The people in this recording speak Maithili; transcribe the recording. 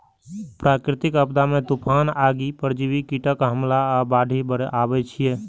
प्राकृतिक आपदा मे तूफान, आगि, परजीवी कीटक हमला आ बाढ़ि अबै छै